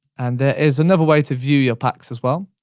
and there is another way to view your packs as well.